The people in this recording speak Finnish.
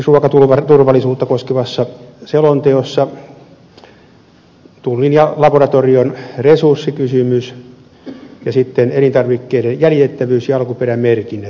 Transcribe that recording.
esimerkiksi ruokaturvallisuutta koskevassa selonteossa on lausumissa nostettu esiin tullin ja laboratorion resurssikysymys ja sitten elintarvikkeiden jäljitettävyys ja alkuperämerkinnät